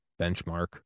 benchmark